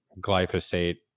glyphosate